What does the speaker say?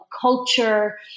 culture